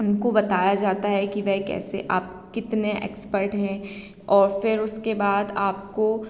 उनको बताया जाता है कि वह कैसे आप कितने एक्सपर्ट हैं और फ़िर उसके बाद आपको